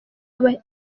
abahigi